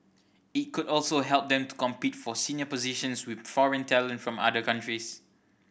it could also help them to compete for senior positions with foreign talent from other countries